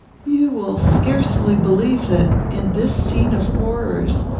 you will scarcely believe that, in this scene of horrors,